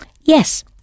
yes